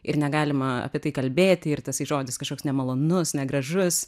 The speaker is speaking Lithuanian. ir negalima apie tai kalbėti ir tasai žodis kažkoks nemalonus negražus